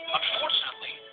unfortunately